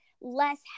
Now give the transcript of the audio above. less